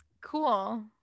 cool